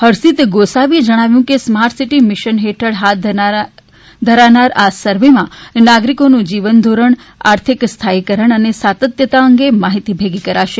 હર્ષિત ગોસાવીએ જણાવ્યું કે સ્માર્ટ સિટી મિશન હેઠળ હાથ ધરાનાર આ સર્વેમાં નાગરિકોનું જીવન ધોરણ આર્થિક સ્થાયીકરણ અને સાતત્યતા અંગે માહિતી ભેગી કરાશે